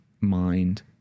mind